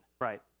right